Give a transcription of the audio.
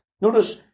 Notice